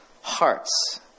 hearts